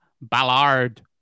Ballard